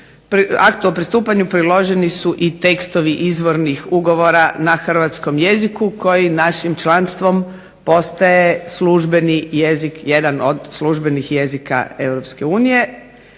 Aktu o pristupanju priloženi su i tekstovi izvornih ugovora na hrvatskom jeziku koji našim članstvo postaje jedan od službenih jezika EU